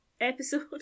episode